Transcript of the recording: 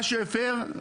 מה שהפר,